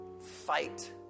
fight